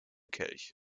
kelch